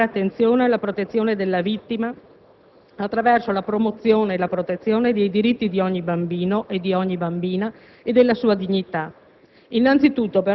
ponendo particolare attenzione alla protezione della vittima, attraverso la promozione e la protezione dei diritti di ogni bambino e bambina e della sua dignità.